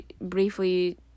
briefly